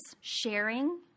sharing